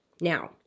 Now